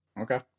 Okay